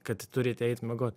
kad turite eit miegot